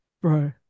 bro